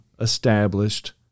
established